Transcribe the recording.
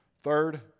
third